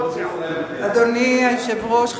אדוני היושב-ראש,